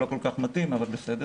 זה לא כל כך מתאים אבל בסדר.